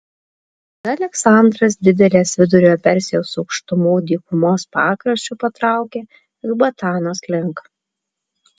tada aleksandras didelės vidurio persijos aukštumų dykumos pakraščiu patraukė ekbatanos link